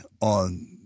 on